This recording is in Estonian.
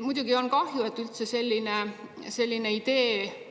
Muidugi on kahju, et üldse selline idee